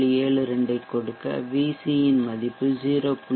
72 க் கொடுக்க Vc மதிப்பு 0